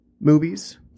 movies